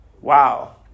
Wow